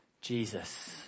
Jesus